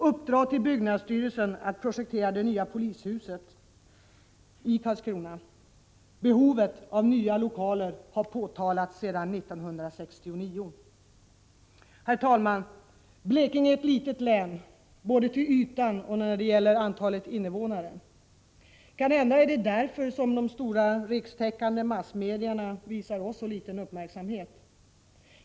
Uppdra åt byggnadsstyrelsen att projektera det nya polishuset i Karlskrona! Behovet av nya lokaler har påpekats sedan 1969. Herr talman! Blekinge är ett litet län, både till ytan och när det gäller antalet invånare. Kanhända är det därför som de stora rikstäckande massmedierna visar oss så liten uppmärksamhet.